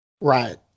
Right